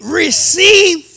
receive